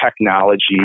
technology